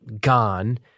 gone